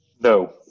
No